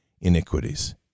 iniquities